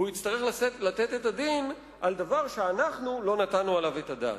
ויצטרך לתת את הדין על דבר שאנחנו לא נתנו עליו את הדעת.